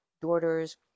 daughters